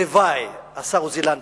הלוואי, השר עוזי לנדאו,